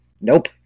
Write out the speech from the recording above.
nope